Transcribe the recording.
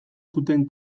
zuten